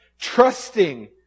Trusting